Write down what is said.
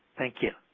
thank you.